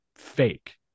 fake